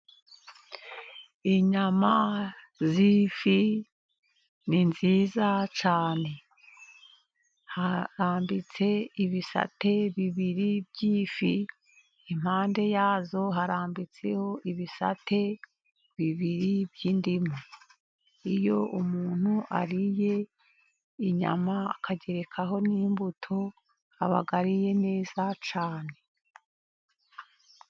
Inyama z'ifi ni nziza cyane harambitseho ibisate bibiri by'ifi, impande yazo harambitseho ibisate bibiri by'indimu. Iyo umuntu ariye inyama akagerekaho n'imbuto abariye neza cyane.